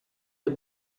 the